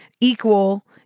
equal